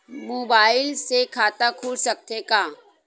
Mobile से खाता खुल सकथे का?